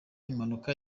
impanuka